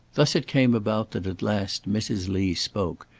thus it came about that at last mrs. lee spoke,